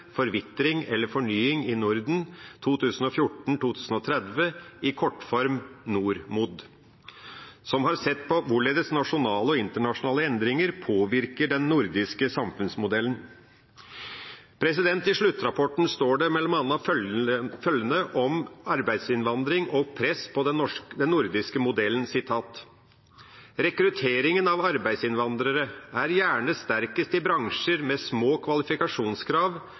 Forvitring eller fornying i Norden 2014–2030 – i kortform: NordMod 2030 – som har sett på hvorledes nasjonale og internasjonale endringer påvirker den nordiske samfunnsmodellen. I sluttrapporten står det bl.a. følgende om arbeidsinnvandring og press på den nordiske modellen: «Rekrutteringen av arbeidsinnvandrere er gjerne sterkest i bransjer med små kvalifikasjonskrav,